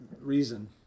reason